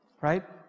Right